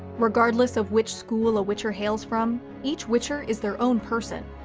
regardless of which school a witcher hails from, each witcher is their own person,